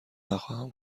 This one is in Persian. نخواهم